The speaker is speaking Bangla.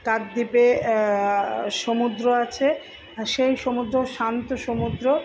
কাকদ্বীপে সমুদ্র আছে সেই সমুদ্রও শান্ত সমুদ্র